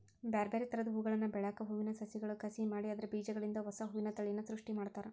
ಬ್ಯಾರ್ಬ್ಯಾರೇ ತರದ ಹೂಗಳನ್ನ ಬೆಳ್ಯಾಕ ಹೂವಿನ ಸಸಿಗಳ ಕಸಿ ಮಾಡಿ ಅದ್ರ ಬೇಜಗಳಿಂದ ಹೊಸಾ ಹೂವಿನ ತಳಿಯನ್ನ ಸೃಷ್ಟಿ ಮಾಡ್ತಾರ